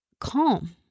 calm